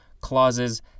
clauses